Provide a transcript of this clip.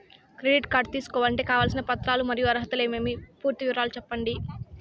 Credit card తీసుకోవాలంటే కావాల్సిన పత్రాలు మరియు అర్హతలు ఏమేమి పూర్తి వివరాలు సెప్పండి?